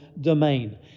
domain